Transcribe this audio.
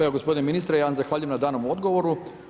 Evo gospodine ministre, ja vam zahvaljujem na danom odgovoru.